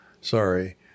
sorry